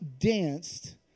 danced